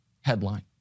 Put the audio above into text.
headline